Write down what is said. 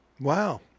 wow